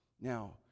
Now